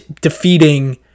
defeating